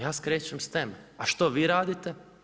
Ja skrećem s teme, a što vi radite?